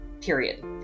period